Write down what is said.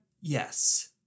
Yes